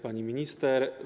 Pani Minister!